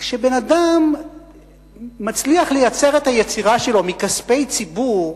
כשבן-אדם מצליח לייצר את היצירה שלו מכספי ציבור,